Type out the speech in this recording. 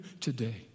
today